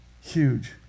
huge